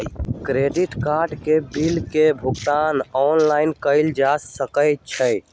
credit card के bill के भुगतान ऑनलाइन कइल जा सका हई